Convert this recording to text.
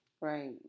Right